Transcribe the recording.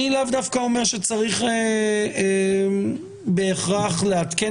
אני לא לאו דווקא אומר שצריך בהכרח לעדכן